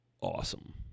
Awesome